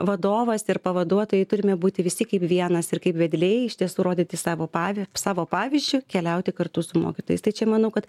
vadovas ir pavaduotojai turime būti visi kaip vienas ir kaip vedliai iš tiesų rodyti savo pavi savo pavyzdžiu keliauti kartu su mokytojais tai čia manau kad